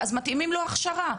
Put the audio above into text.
ואז מתאימים לו הכשרה?